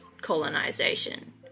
colonization